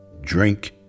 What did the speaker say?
drink